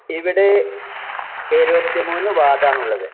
ഇവിടെ എഴുപത്തി മൂന്നു വാര്ഡാണുള്ളത്